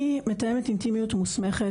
אני מתאמת אינטימיות מוסמכת,